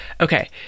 Okay